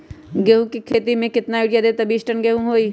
गेंहू क खेती म केतना यूरिया देब त बिस टन गेहूं होई?